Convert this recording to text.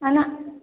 ନା ନା